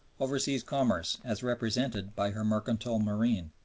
overseas commerce as represented by her mercantile marine,